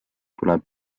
tuleb